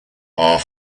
are